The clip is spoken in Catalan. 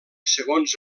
segons